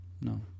no